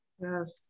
yes